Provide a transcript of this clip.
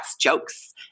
jokes